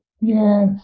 Yes